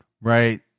right